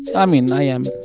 i mean, i am.